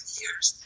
years